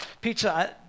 pizza